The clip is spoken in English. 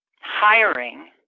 hiring